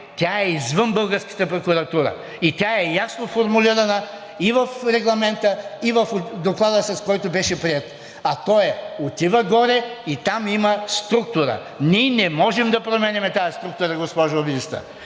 тя е извън българската прокуратура и тя е ясно формулирана и в Регламента, и в Доклада, с който беше приет, а той отива горе и там има структура. Ние не можем да променяме тази структура, госпожо Министър.